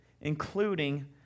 including